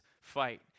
fight